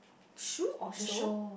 shoe or show